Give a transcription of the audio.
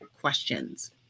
questions